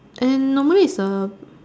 and normally is the